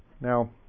Now